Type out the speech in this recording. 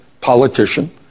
politician